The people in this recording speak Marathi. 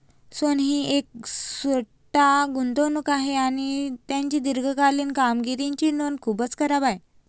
सोने ही एक सट्टा गुंतवणूक आहे आणि त्याची दीर्घकालीन कामगिरीची नोंद खूपच खराब आहे